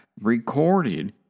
recorded